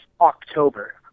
October